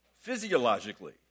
physiologically